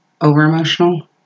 Over-emotional